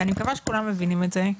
ואני מקווה שכולם מבינים את זה,